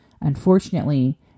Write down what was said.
Unfortunately